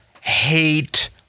hate